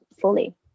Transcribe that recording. fully